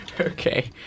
Okay